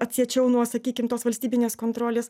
atsiečiau nuo sakykim tos valstybinės kontrolės